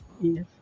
Yes